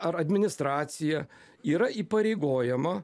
ar administracija yra įpareigojama